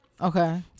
okay